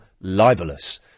libelous